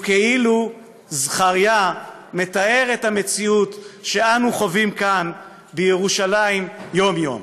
וכאילו זכריה מתאר את המציאות שאנו חווים כאן בירושלים יום-יום.